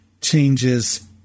changes